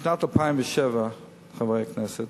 בשנת 2007, חברי הכנסת,